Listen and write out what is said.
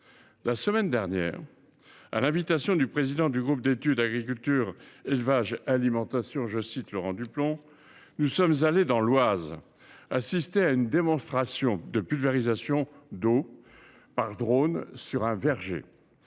La semaine dernière, à l’invitation du président du groupe d’études Agriculture, élevage et alimentation, Laurent Duplomb, nous sommes allés dans l’Oise assister à une démonstration de pulvérisation par drone d’eau sur un verger.